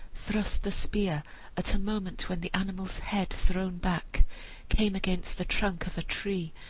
thrust the spear at a moment when the animal's head thrown back came against the trunk of a tree,